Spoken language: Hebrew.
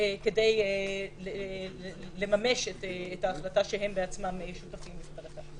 כדי לממש את ההחלטה שהם בעצמם שותפים לה.